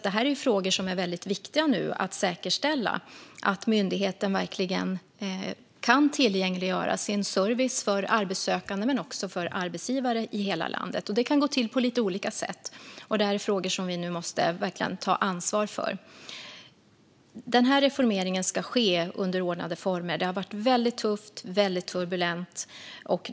Det är viktigt nu att säkerställa att myndigheten verkligen kan tillgängliggöra sin service för arbetssökande men också för arbetsgivare i hela landet, och det kan gå till på lite olika sätt. Det här är frågor som vi nu verkligen måste ta ansvar för. Reformeringen ska ske under ordnade former. Det har varit väldigt tufft och turbulent.